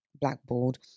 blackboard